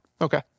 Okay